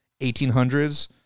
1800s